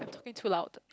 I'm talking too loud